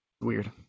weird